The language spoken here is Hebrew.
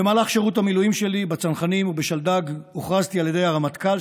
במהלך שירות המילואים שלי בצנחנים ובשלדג הוכרזתי על ידי הרמטכ"ל,